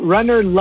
Runner